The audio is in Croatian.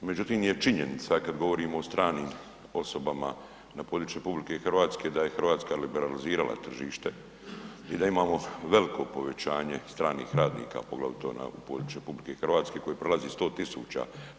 Međutim, je činjenica kad govorimo o stranim osobama na području RH da je RH liberalizira tržište i da imamo veliko povećanje stranih radnika, poglavito na području RH koje prelazi 100 000.